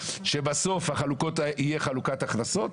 שבסוף תהיה חלוקת הכנסות,